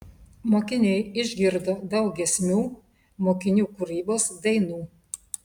mokiniai išgirdo daug giesmių mokinių kūrybos dainų